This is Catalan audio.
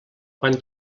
quan